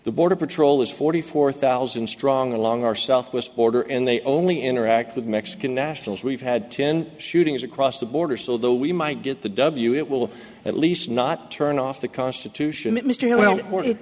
the border patrol is forty four thousand strong along our southwest border and they only interact with mexican nationals we've had ten shootings across the border so though we might get the w it will at least not turn off the constitution m